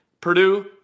Purdue